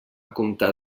comptar